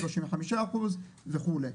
35% וכולי.